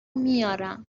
میارم